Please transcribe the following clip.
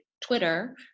Twitter